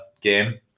game